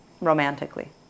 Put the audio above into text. romantically